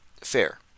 fair